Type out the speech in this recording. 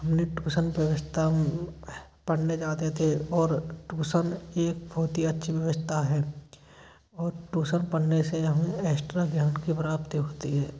हमने टूसन व्यवस्था पढ़ने जाते थे और टूसन एक बहुत ही अच्छी व्यवस्था है और टूसन पढ़ने से हमें एस्ट्रा ज्ञान की प्राप्ति होती है